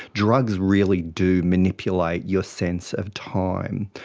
drugs really do manipulate your sense of time,